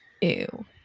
Ew